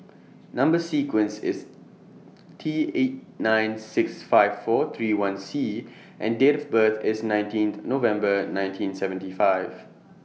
Number sequence IS T eight nine six five four three one C and Date of birth IS nineteenth November nineteen seventy five